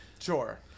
sure